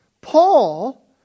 Paul